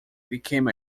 became